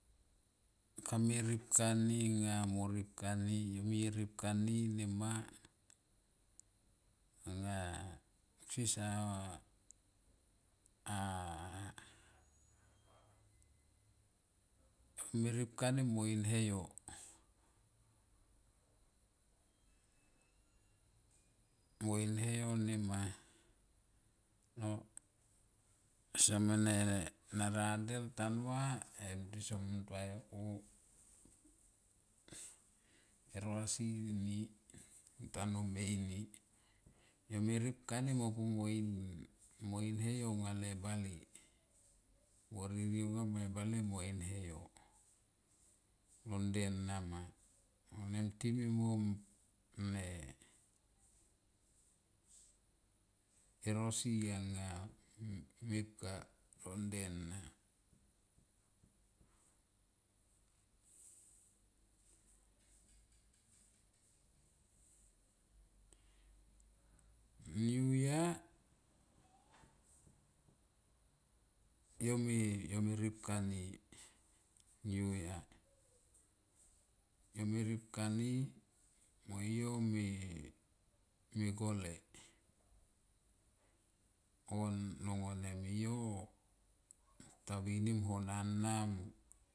Kame ripkanai nga mo ripkani yo me ye ripkani ma ang kusie sa a me ripkani mo in e yo no e yo nema seme ne sa radel tanua em tison muntua yo o erosi ni intanu me ini yo me ripka ni mp pu mo in he yo anga le bale aoririe anga la base mo in he yo lo ade nama long vanem time morn ne e rosi anga mepka lo de na. Niu ya yo me ripkani yo me, yo me ripkani niu ya me ripkani mo yo me gae on l o vanem yo ta vinim ona.